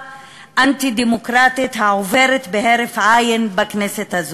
אנטי-דמוקרטית העוברת כהרף עין בכנסת הזאת,